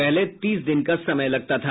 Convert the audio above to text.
पहले तीस दिन का समय लगता था